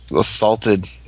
assaulted